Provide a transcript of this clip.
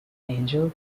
angel